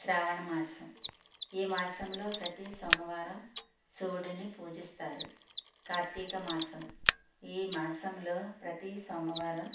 శ్రావణమాసం ఈ మాసంలో ప్రతీ సోమవారం శివుడిని పూజిస్తారు కార్తీకమాసం ఈ మాసంలో ప్రతీ సోమవారం